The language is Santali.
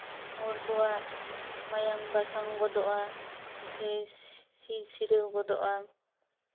ᱦᱚᱲ ᱠᱚᱣᱟᱜ ᱢᱟᱭᱟᱝ ᱵᱟᱥᱟᱝ ᱜᱚᱫᱚᱜᱼᱟ ᱥᱤᱨᱼᱥᱤᱨᱟᱹᱣ ᱜᱚᱫᱚᱜᱼᱟ